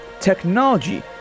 technology